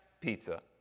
pizza